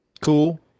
Cool